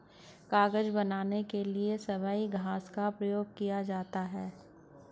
कागज बनाने के लिए सबई घास का भी प्रयोग किया जाता है